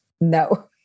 no